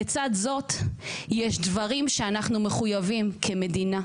לצד זאת, יש דברים שאנחנו מחויבים כמדינה,